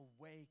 awake